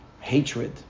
hatred